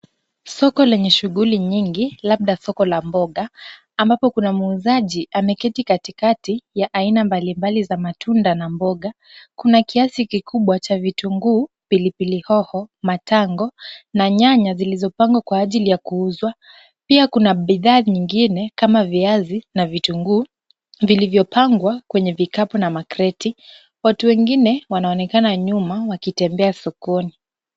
Soko lenye shughuli nyingi labda soko la mboga, ambapo kuna muuzaji ameketi katikati ya aina mbalimbali za matunda na mboga. Kuna kiasi kikubwa cha vitunguu, pilipili hoho ,matango na nyanya zilizopangwa kwa ajilii ya kuuzwa pia kuna bidhaa nyingine kama viazi na vitunguu vilivyopangwa kwenye vikapu na makreti , watu wengine wanaonekana nyuma wakitembea sokoni.